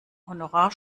honorar